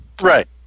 Right